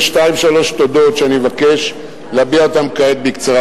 יש שתיים-שלוש תודות שאני מבקש להביע אותן כעת בקצרה.